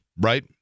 right